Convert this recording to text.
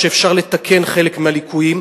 שאפשר לתקן חלק מהליקויים.